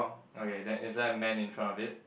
okay that is there a man in front of it